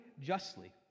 justly